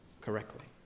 correctly